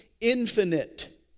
infinite